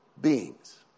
beings